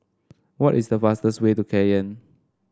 what is the fastest way to Cayenne